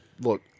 look